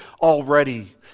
already